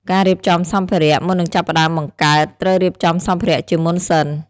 ការរៀបចំសម្ភារៈ មុននឹងចាប់ផ្តើមបង្កើត ត្រូវរៀបចំសម្ភារៈជាមុនសិន។